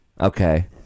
Okay